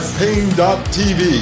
pain.tv